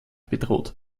bedroht